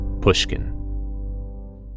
pushkin